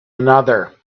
another